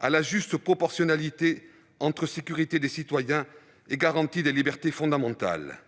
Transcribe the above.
à la juste proportionnalité entre sécurité des citoyens et garantie des libertés fondamentales,